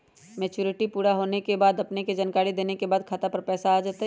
Maturity पुरा होवे के बाद अपने के जानकारी देने के बाद खाता पर पैसा आ जतई?